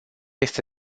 este